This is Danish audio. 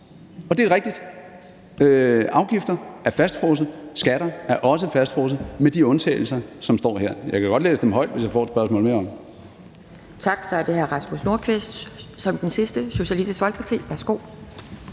Det er rigtigt, at afgifter er fastfrosset, og at skatter også er fastfrosset, med de undtagelser, som står her, og jeg kan godt læse dem højt, hvis jeg får et spørgsmål mere om